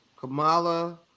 Kamala